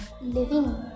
Living